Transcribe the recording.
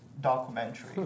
documentary